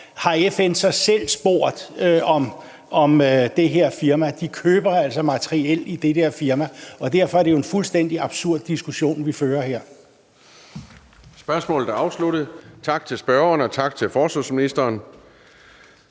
Har FN så selv spurgt om det her firma? De køber altså materiel i det firma. Derfor er det jo en fuldstændig absurd diskussion, vi fører her.